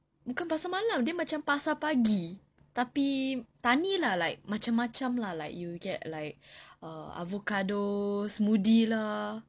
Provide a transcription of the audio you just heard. bukan pasar malam dia macam pasar pagi tapi tani lah like macam-macam lah you get like err avocado smoothie lah